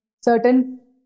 certain